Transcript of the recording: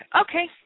okay